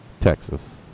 Texas